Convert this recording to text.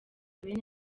bene